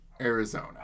Arizona